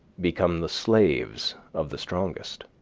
become the slaves of the strongest.